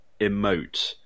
emote